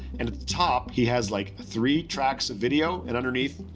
and at the top, he has like, three tracks of video. and underneath,